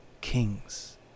kings